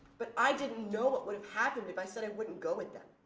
but i didn't know what would have happened if i said i wouldn't go with them.